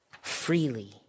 freely